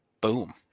Boom